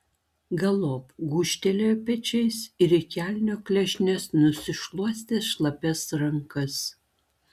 galop gūžtelėjo pečiais ir į kelnių klešnes nusišluostė šlapias rankas